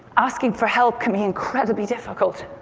asking for help can be incredibly difficult.